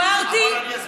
רגע, דיברתי, דיברתי.